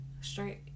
Straight